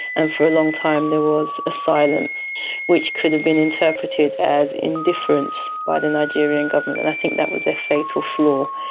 and for a long time there was a silence which could have been interpreted as indifference by the nigerian government. and i think that was their fatal flaw,